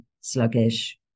sluggish